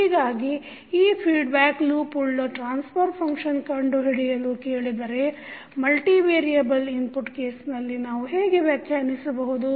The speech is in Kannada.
ಹೀಗಾಗಿ ಈಗ ಫೀಡ್ಬ್ಯಾಕ್ ಲೂಪ್ ಉಳ್ಳ ಟ್ರಾನ್ಸ್ಫರ್ ಫಂಕ್ಷನ್ ಕಂಡು ಹಿಡಿಯಲು ಕೇಳಿದರೆ ಮಲ್ಟಿ ವೇರಿಯಬಲ್ ಇನ್ಪುಟ್ ಕೇಸ್ನಲ್ಲಿ ನಾವು ಹೇಗೆ ವ್ಯಾಖ್ಯಾನಿಸುತ್ತೇವೆ